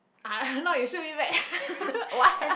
uh not you shoot me back what